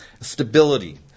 stability